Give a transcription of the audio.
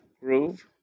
Groove